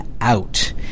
out